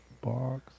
box